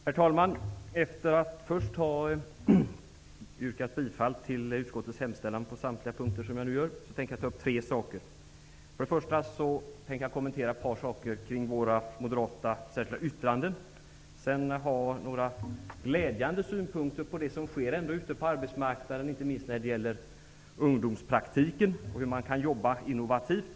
Herr talman! Efter att först ha yrkat bifall till utskottets hemställan på samtliga punkter, vilket jag nu gör, skall jag ta upp tre saker. För det första skall jag kommentera ett par saker kring våra moderata särskilda yttranden. För det andra har jag några glädjande synpunkter på det som sker ute på arbetsmarknaden, inte minst när det gäller ungdomspraktiken och hur man kan jobba innovativt.